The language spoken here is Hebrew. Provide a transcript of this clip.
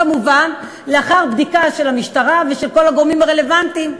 כמובן לאחר בדיקה של המשטרה ושל כל הגורמים הרלוונטיים,